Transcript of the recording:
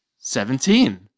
Seventeen